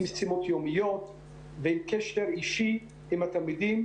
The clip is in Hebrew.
עם משימות יומיות ועם קשר אישי עם התלמידים,